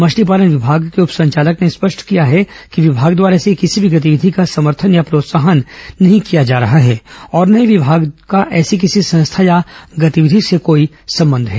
मछली पालन विभाग के उप संचालक ने स्पष्ट किया है विभाग द्वारा ऐसी किसी भी गतिविधि का समर्थन या प्रोत्साहन नहीं किया जा रहा है और ना ही विभाग का ऐसी किसी संस्था या गतिविधि से कोई संबंध है